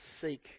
seek